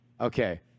okay